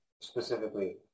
specifically